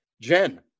Jen